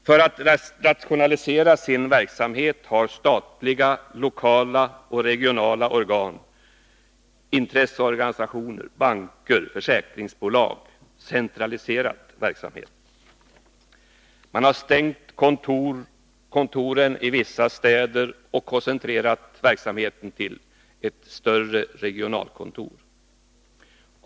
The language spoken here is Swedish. För att rationalisera sin verksamhet har statliga, lokala och regionala organ, intresseorganisationer, banker och försäkringsbolag centraliserat verksamheten. Man har stängt kontoren i vissa städer och koncentrerat verksamheten till ett större regionalkontor.